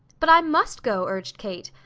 but i must go! urged kate.